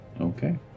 Okay